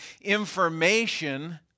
information